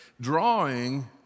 drawing